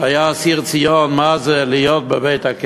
שהיה אסיר ציון, מה זה להיות בבית-הכלא